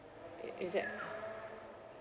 err is that